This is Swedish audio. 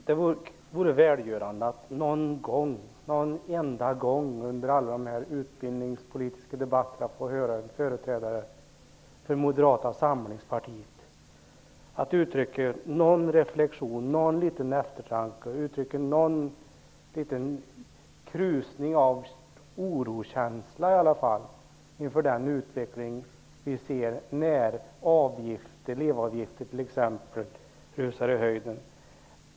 Det vore välgörande att någon enda gång under de utbildningspolitiska debatterna få höra en företrädare för Moderata samlingspartiet uttrycka någon reflektion, någon liten eftertanke eller någon liten krusning av oroskänsla inför den utveckling vi ser när t.ex. elevavgifterna rusar i höjden.